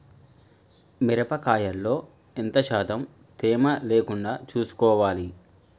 మిరప కాయల్లో ఎంత శాతం తేమ లేకుండా చూసుకోవాలి?